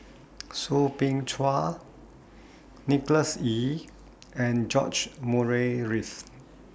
Soo Bin Chua Nicholas Ee and George Murray Reith